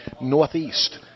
northeast